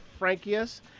Frankius